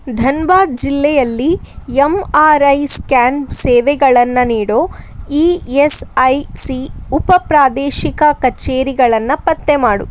ಧನ್ಬಾದ್ ಜಿಲ್ಲೆಯಲ್ಲಿ M R I scan ಸೇವೆಗಳನ್ನು ನೀಡೋ ಇ ಎಸ್ ಐ ಸಿ ಉಪಪ್ರಾದೇಶಿಕ ಕಚೇರಿಗಳನ್ನ ಪತ್ತೆ ಮಾಡು